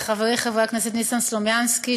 לחברי חבר הכנסת ניסן סלומינסקי,